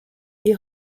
est